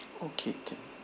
okay can